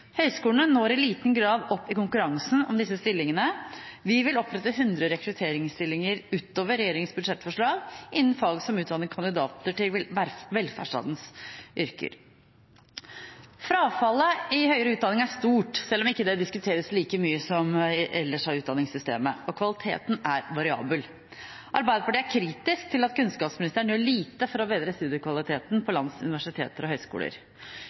stillingene. Vi vil opprette hundre rekrutteringsstillinger utover regjeringens budsjettforslag innen fag som utdanner kandidater til velferdsstatens yrker. Frafallet i høyere utdanning er stort, selv om ikke det diskuteres like mye som frafall i utdanningssystemet ellers, og kvaliteten er variabel. Arbeiderpartiet er kritisk til at kunnskapsministeren gjør lite for å bedre studiekvaliteten på landets universiteter og høyskoler.